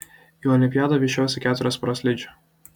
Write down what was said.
į olimpiadą vešiuosi keturias poras slidžių